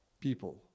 people